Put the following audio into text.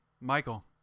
michael